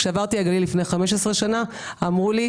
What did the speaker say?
כשעברתי לגליל לפני 15 שנה, אמרו לו: